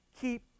keep